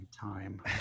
Time